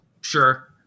Sure